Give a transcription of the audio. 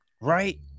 right